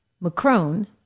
Macron